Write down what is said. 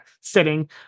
sitting